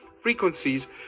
frequencies